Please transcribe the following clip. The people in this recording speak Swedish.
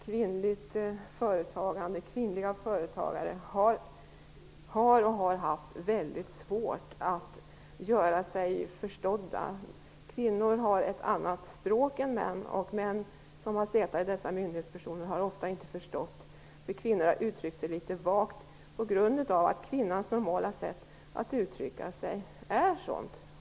Kvinnliga företagare har och har haft väldigt svårt att göra sig förstådda. Kvinnor har ett annat språk än män, och män som suttit i dessa myndigheter har ofta inte förstått. Kvinnor har uttryckt sig litet vagt på grund av att kvinnans normala sätt att uttrycka sig är sådant.